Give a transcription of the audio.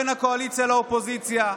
בין הקואליציה והאופוזיציה,